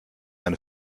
eine